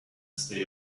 stay